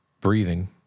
breathing